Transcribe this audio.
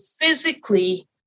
physically